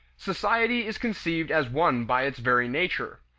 society is conceived as one by its very nature.